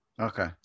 Okay